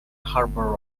harbor